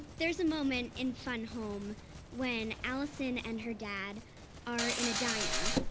there's a moment in fun home when alison and her dad are in a diner,